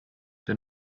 der